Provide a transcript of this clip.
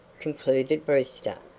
concluded brewster,